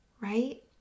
right